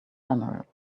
emerald